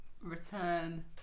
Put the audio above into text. return